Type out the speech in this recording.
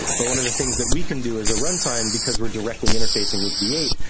but one of the things that we can do, as a runtime, because we're directly interfacing with v eight,